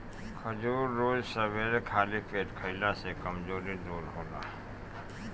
खजूर रोज सबेरे खाली पेटे खइला से कमज़ोरी दूर होला